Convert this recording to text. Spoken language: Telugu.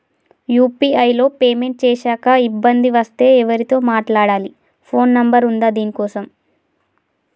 యూ.పీ.ఐ లో పేమెంట్ చేశాక ఇబ్బంది వస్తే ఎవరితో మాట్లాడాలి? ఫోన్ నంబర్ ఉందా దీనికోసం?